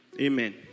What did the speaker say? Amen